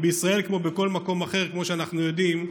בישראל, כמו בכל מקום אחר, כמו שאנחנו יודעים,